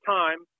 time